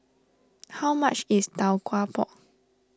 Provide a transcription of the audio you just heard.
how much is Tau Kwa Pau